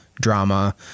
drama